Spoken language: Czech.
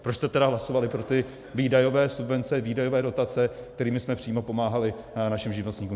Proč jste tedy hlasovali pro ty výdajové subvence, výdajové dotace, kterými jsme přímo pomáhali našim živnostníkům?